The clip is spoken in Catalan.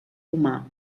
humà